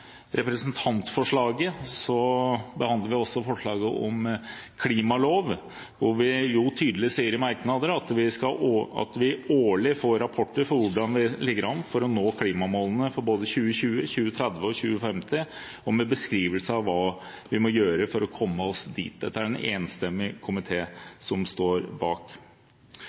representantforslaget behandler vi også forslaget om en klimalov, og vi sier tydelig i merknader at vi årlig må få rapporter om hvordan vi ligger an for å nå klimamålene for både 2020, 2030 og 2050, med beskrivelse av hva vi må gjøre for å komme oss dit. Dette er det en enstemmig komité som står bak.